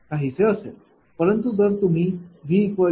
परंतु जर तुम्हीV0